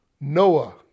Noah